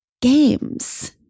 games